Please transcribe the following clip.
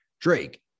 Drake